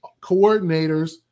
coordinators